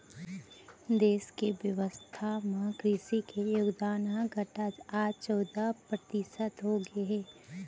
देस के अर्थ बेवस्था म कृसि के योगदान ह घटत आज चउदा परतिसत हो गए हे